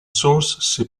source